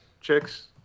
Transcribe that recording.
chicks